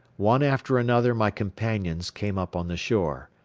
one after another my companions came up on the shore.